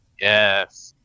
yes